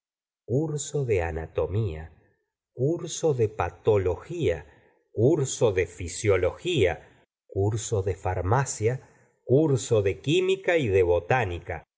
curso de anatomía curso de patología curso de fisiología curso de farmacia curso de química y de botánica